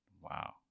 Wow